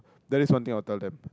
that is one thing I would tell them